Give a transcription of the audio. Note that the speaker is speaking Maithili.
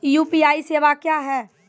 यु.पी.आई सेवा क्या हैं?